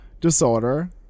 disorder